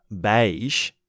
beige